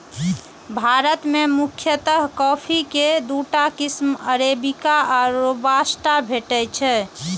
भारत मे मुख्यतः कॉफी के दूटा किस्म अरेबिका आ रोबास्टा भेटै छै